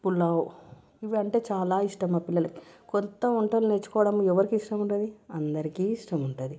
పులావ్ ఇవి అంటే చాలా ఇష్టం మా పిల్లలకి కొత్త వంటలు నేర్చుకోవడం ఎవరికి ఇష్టము ఉంటుంది అందరికి ఇష్టం ఉంటుంది